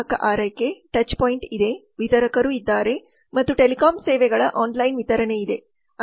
ಗ್ರಾಹಕ ಆರೈಕೆ touch point care touch pointಇದೆ ವಿತರಕರು ಇದ್ದಾರೆ ಮತ್ತು ಟೆಲಿಕಾಂ ಸೇವೆಗಳ ಆನ್ಲೈನ್ ವಿತರಣೆಯಿದೆ